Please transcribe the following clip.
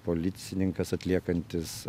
policininkas atliekantis